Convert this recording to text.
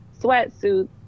sweatsuits